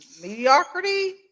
Mediocrity